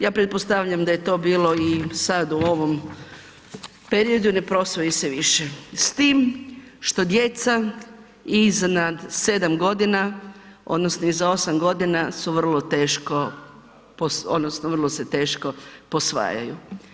Ja pretpostavljam da je to bilo i sad u ovom periodu, ne posvoji se više, s tim što djeca iznad 7 godina, odnosno iza 8 godina su vrlo teško, odnosno vrlo se teško posvajaju.